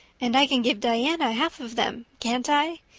and i can give diana half of them, can't i?